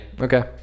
Okay